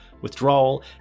withdrawal